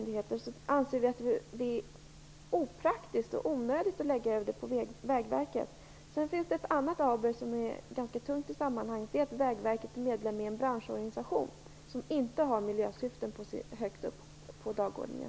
Därför menar vi att det är opraktiskt och onödigt att lägga över ansvaret på Vägverket. Det finns också ett annat aber som är ganska tungt i sammanhanget. Det är det faktum att Vägverket är medlem i en branschorganisation som inte har miljösyften högt upp på dagordningen.